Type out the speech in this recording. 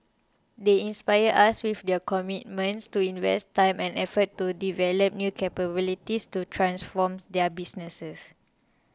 they inspire us with their commitment to invest time and effort to develop new capabilities to transform their businesses